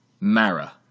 Mara